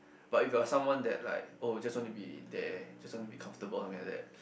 but if you are someone that like oh just want to be there just want to be comfortable something like that